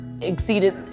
exceeded